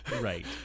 Right